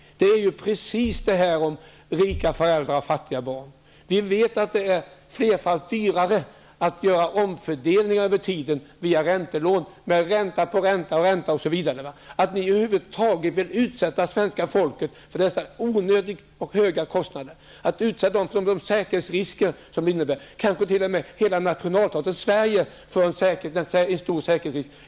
Det får mig att tänka på detta med rika föräldrar och fattiga barn. Det är ju flerfalt dyrare att göra omfördelningar över tiden via räntelån, med ränta på ränta osv. Att ni över huvud taget vill utsätta svenska folket för dessa onödiga och höga kostnader och för de säkerhetsrisker som här finns -- ja, det är kanske t.o.m. för Sverige som nation en stor säkerhetsrisk -- kan jag inte förstå.